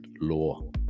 law